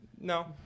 No